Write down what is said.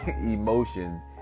emotions